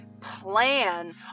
plan